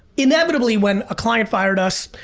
inevitably, when a client fired us,